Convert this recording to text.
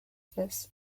this